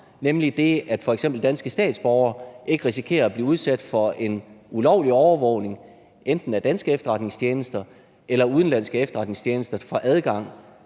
rammer, så danske statsborgere f.eks. ikke risikerer at blive udsat for en ulovlig overvågning, ved at enten danske efterretningstjenester eller udenlandske efterretningstjenester får adgang